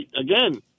again